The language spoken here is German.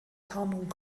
tarnung